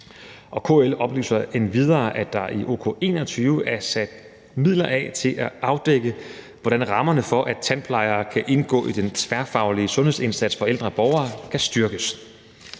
KL oplyser endvidere, at der i OK-21 er sat midler af til at afdække, hvordan rammerne for, at tandplejere kan indgå i den tværfaglige sundhedsindsats for ældre borgere, kan styrkes.